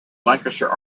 lancashire